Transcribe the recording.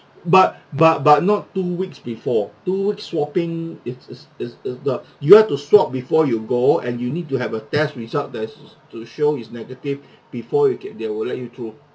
but but but not two weeks before two weeks swabbing is is is is uh you have to swab before you go and you need to have a test result that's to show is negative before you can they will let you go